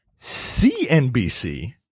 CNBC